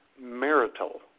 marital